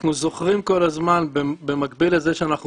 אנחנו זוכרים כל הזמן במקביל לזה שאנחנו